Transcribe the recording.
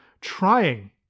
trying